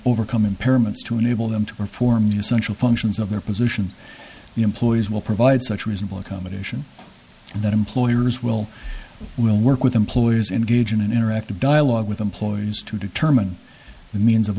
overcome impairments to enable them to perform the essential functions of their position the employees will provide such reasonable accommodation that employers will will work with employers engage in an interactive dialogue with employers to determine the means of